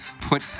Put